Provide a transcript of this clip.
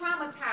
traumatized